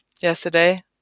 yesterday